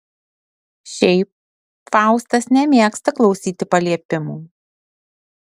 šiaip faustas nemėgsta klausyti paliepimų